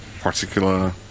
particular